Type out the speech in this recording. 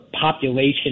population